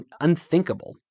unthinkable